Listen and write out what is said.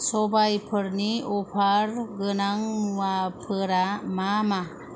सबायफोरनि अफार गोनां मुवाफोरा मा मा